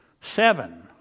seven